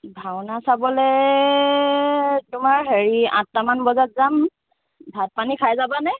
ভাওনা চাবলৈ তোমাৰ হেৰি আঠটা মান বজাত যাম ভাত পানী খাই যাবানে